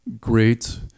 great